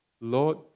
Lord